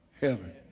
Heaven